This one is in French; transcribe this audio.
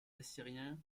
assyriens